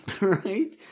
Right